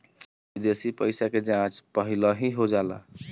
विदेशी पइसा के जाँच पहिलही हो जाला